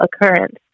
occurrence